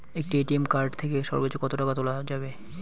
একটি ATM card থেকে সর্বোচ্চ কত টাকা তোলা যাবে?